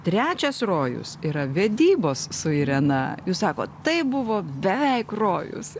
trečias rojus yra vedybos su irena jūs sakot tai buvo beveik rojus